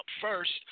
first